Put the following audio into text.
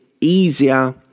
easier